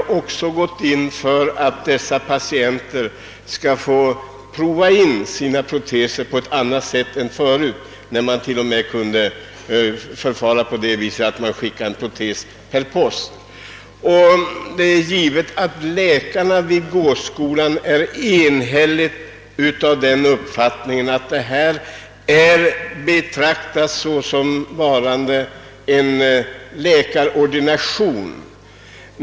Vi har också gått in för att dessa patienter skall få prova'in sina proteser på ett annat sätt än förut, när det t.o.m. kunde inträffa att en protes skickades per post. Läkarna vid gåskolan har enhälligt den uppfattningen, att detta är att betrakta som läkarordination.